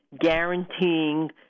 guaranteeing